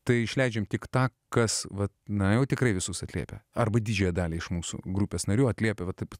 tai išleidžiame tik tą kas va na jau tikrai visus atliepia arba didžiąją dalį iš mūsų grupės narių atliepia va taip